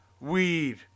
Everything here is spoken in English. weed